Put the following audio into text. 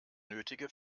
nötige